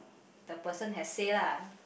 the person has say lah